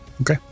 Okay